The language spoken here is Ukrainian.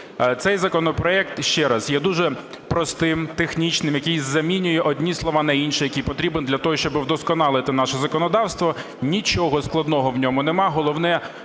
Цей законопроект, ще раз, є дуже простим, технічним, який замінює одні слова на інші, який потрібен для того, щоб вдосконалити наше законодавство. Нічого складного в ньому немає. Головне